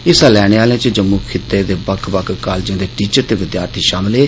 हिस्सा लैने आलें च जम्मू खित्ते दे बक्ख बक्ख कालजें दे टीचर ते विद्यार्थी शामल हे